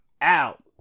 out